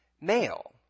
male